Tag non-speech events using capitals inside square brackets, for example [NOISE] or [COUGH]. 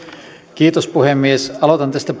puhemies aloitan tästä [UNINTELLIGIBLE]